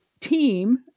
team